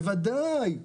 בוודאי.